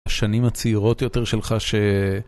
השנים הצעירות יותר שלך ש...